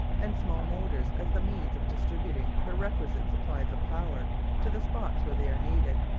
and small motors as the means of distributing the requisite supplies of power to the spots where they are needed.